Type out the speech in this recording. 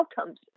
outcomes